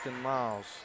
Miles